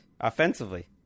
offensively